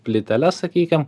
plyteles sakykim